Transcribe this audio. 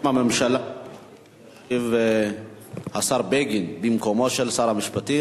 מהממשלה ישיב השר בגין, במקומו של שר המשפטים.